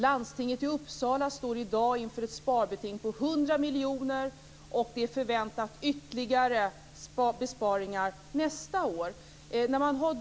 Landstinget i Uppsala står i dag inför ett sparbeting på 100 miljoner kronor och ytterligare besparingar förväntas nästa år.